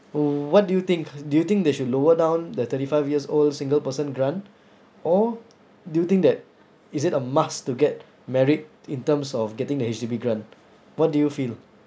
w~ what do you think do you think they should lower down the thirty five years old single person grant or do you think that is it a must to get married in terms of getting the H_D_B grant what do you feel